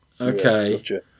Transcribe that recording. Okay